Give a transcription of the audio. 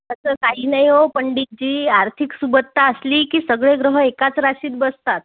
असं काही नाही ओ पंडितजी आर्थिक सुबत्ता असली की सगळे ग्रह एकाच राशीत बसतात